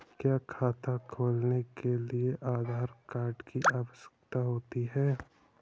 क्या खाता खोलने के लिए आधार कार्ड की आवश्यकता होती है?